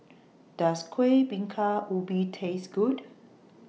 Does Kueh Bingka Ubi Taste Good